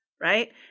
Right